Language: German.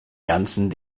ganzen